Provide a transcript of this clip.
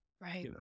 Right